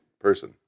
person